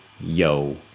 yo